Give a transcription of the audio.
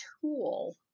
tool